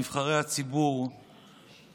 נבחרי הציבור,